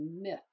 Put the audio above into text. myth